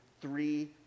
three